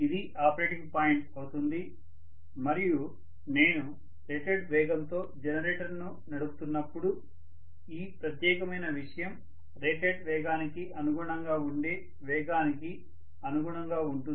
ఇది operating point అవుతుంది మరియు నేను రేటెడ్ వేగంతో జనరేటర్ను నడుపుతున్నప్పుడు ఈ ప్రత్యేకమైన విషయం రేటెడ్ వేగానికి అనుగుణంగా ఉండే వేగానికి అనుగుణంగా ఉంటుందని మనము చెప్పాము